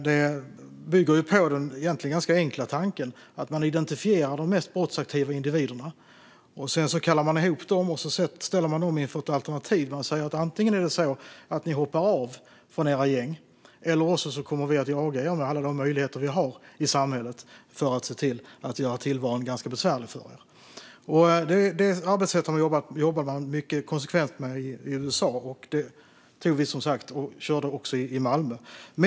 Det bygger på den egentligen ganska enkla tanken att man identifierar de mest brottsaktiva individerna, kallar ihop dem och ställer dem inför två alternativ: Antingen hoppar ni av från era gäng eller så kommer vi att jaga er med alla de möjligheter vi har i samhället för att se till att göra tillvaron ganska besvärlig för er. Det arbetssättet jobbar man mycket konsekvent med i USA. Vi tog som sagt och körde det i Malmö.